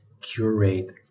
curate